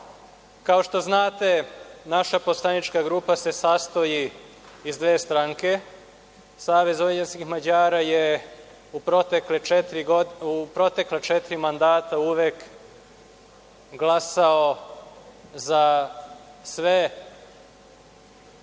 što znate naša poslanička grupa se sastoji iz dve stranke. Savez vojvođanskih Mađara je u protekla četiri mandata uvek glasao za sve